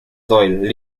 doyle